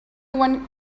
one